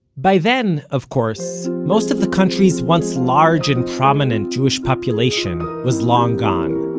by then, of course, most of the country's once large and prominent jewish population was long gone.